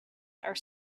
are